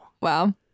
Wow